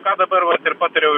ką dabar vat ir patariau